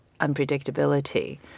unpredictability